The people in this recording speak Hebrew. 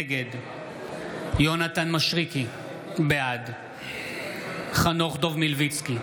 נגד יונתן מישרקי, בעד חנוך דב מלביצקי,